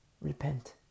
Repent